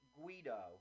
Guido